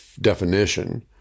definition